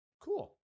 cool